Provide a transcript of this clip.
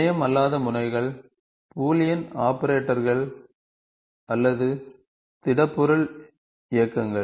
முனையம் அல்லாத முனைகள் பூலியன் ஆபரேட்டர்கள் அல்லது திட பொருள் இயக்கங்கள்